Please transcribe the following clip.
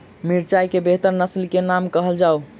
मिर्चाई केँ बेहतर नस्ल केँ नाम कहल जाउ?